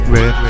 Red